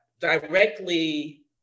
directly